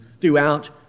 throughout